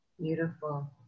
Beautiful